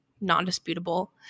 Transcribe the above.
non-disputable